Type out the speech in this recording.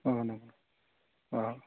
अ नंगौ अ